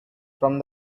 from